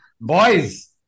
boys